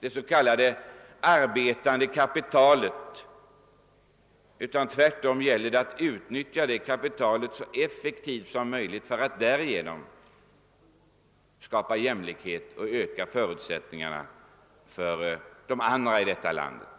det så kallade arbetande kapitalet. Det gäller tvärtom att utnyttja det kapitalet så effektivt som möjligt för att därigenom skapa jämlikhet genom att öka förutsättningarna för andra i detta land att få mera.